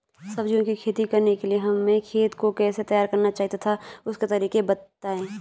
सब्जियों की खेती करने के लिए हमें खेत को कैसे तैयार करना चाहिए तथा उसके तरीके बताएं?